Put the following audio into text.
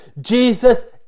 Jesus